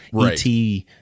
ET